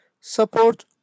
support